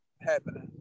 happening